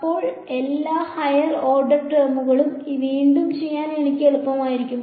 അപ്പോൾ എല്ലാ higher order ടെമുകളും വീണ്ടും ചെയ്യാൻ എളുപ്പം ആയിരിക്കുന്നു